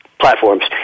platforms